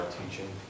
Teaching